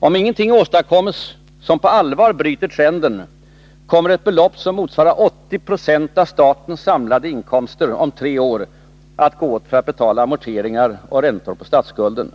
Om ingenting åstadkoms som på allvar bryter trenden, kommer ett belopp som motsvarar 80 90 av statens samlade inkomster om tre år att gå åt för att betala amorteringar och räntor på statsskulden.